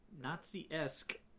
nazi-esque